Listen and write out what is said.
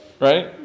right